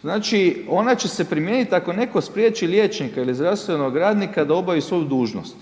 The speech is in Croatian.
Znači ona će se primijeniti ako netko spriječi liječnika ili zdravstvenog radnika da obavi svoju dužnost.